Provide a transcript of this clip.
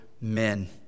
men